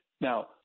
Now